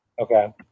Okay